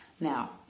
Now